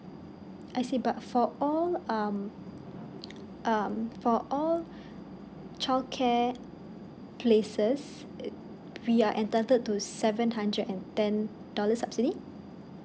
I see but for all um um for childcare places it we are entitled to seven hundred and ten dollars subsidy